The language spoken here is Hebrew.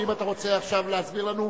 אם אתה רוצה עכשיו להסביר לנו,